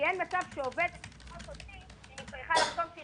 כי אין מצב שעובדת תסחט אותי אם היא צריכה לחתום שהיא